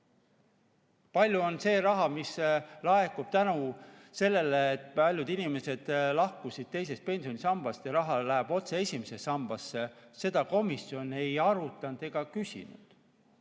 Palju on seda raha, mis laekub tänu sellele, et paljud inimesed lahkusid teisest pensionisambast ja raha läheb otse esimesse sambasse? Seda komisjon ei arutanud ega küsinud.